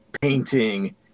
painting